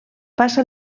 passa